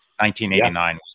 1989